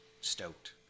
stoked